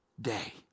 day